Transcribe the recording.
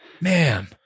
Man